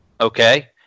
okay